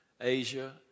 Asia